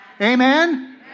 amen